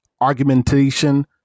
argumentation